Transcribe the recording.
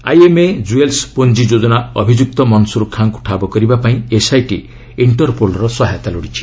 IMA jewels Ponzi ଯୋଜନା ଅଭିଯ୍ରକ୍ତ ମନସ୍ରର ଖାଁକୃ ଠାବ କରିବା ପାଇଁ ଏସ୍ଆଇଟି ଇକ୍ଷରପୋଲ୍ର ସହାୟତା ଲୋଡ଼ିଛି